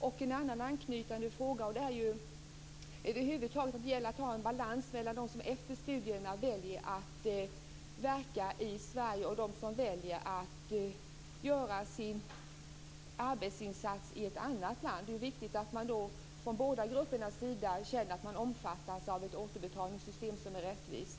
Över huvud taget gäller det att ha en balans mellan dem som efter studierna väljer att verka i Sverige och dem som väljer att göra sin arbetsinsats i ett annat land. Det är viktigt att man från båda gruppernas sida känner att man omfattas av ett återbetalningssystem som är rättvist.